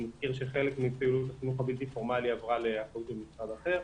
אני מזכיר שחלק מפעילות החינוך הבלתי פורמלי עברה לאחריות משרד אחר,